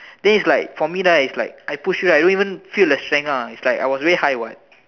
then it's like for me like I push you ah I don't even even feel the strength what because like I was way high what